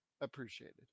appreciated